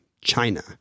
china